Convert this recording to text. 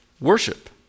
worship